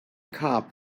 cop